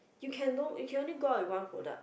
you can go you can only can go out with one product